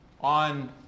on